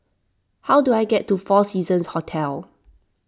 how do I get to four Seasons Hotel